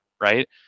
right